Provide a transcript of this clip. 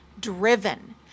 driven